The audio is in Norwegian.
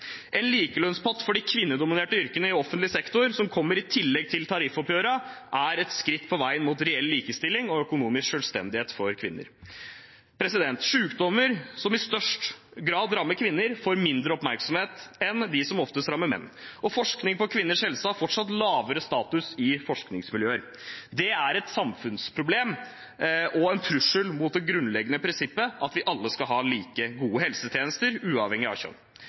En likelønnspott for de kvinnedominerte yrkene i offentlig sektor, som kommer i tillegg til tariffoppgjørene, er et skritt på veien mot reell likestilling og økonomisk selvstendighet for kvinner. Sykdommer som i størst grad rammer kvinner, får mindre oppmerksomhet enn de som oftest rammer menn, og forskning på kvinners helse har fortsatt lavere status i forskningsmiljøer. Det er et samfunnsproblem og en trussel mot det grunnleggende prinsippet om at vi alle skal ha like gode helsetjenester, uavhengig av kjønn.